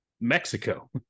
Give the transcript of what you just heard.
Mexico